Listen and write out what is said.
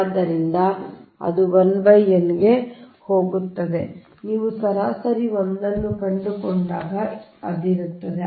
ಆದ್ದರಿಂದ ಅದು 1 n ಗೆ ಹೋಗುತ್ತದೆ ನೀವು ಸರಾಸರಿ 1 ಅನ್ನು ಕಂಡುಕೊಂಡಾಗ ಇರುತ್ತದೆ